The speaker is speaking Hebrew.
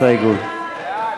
ההסתייגות של קבוצת סיעת יש עתיד,